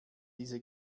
diese